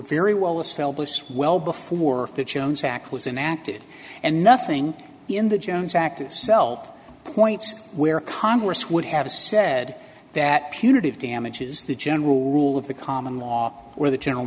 very well established well before the jones act was enacted and nothing in the jones act itself points where congress would have said that punitive damages the general rule of the common law or the general